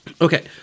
Okay